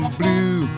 blue